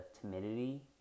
timidity